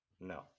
No